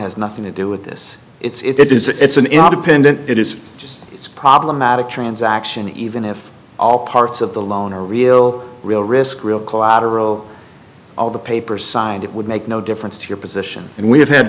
has nothing to do with this it's an independent it is just it's problematic transaction even if all parts of the loan are real real risk real collateral all the papers signed it would make no difference to your position and we have had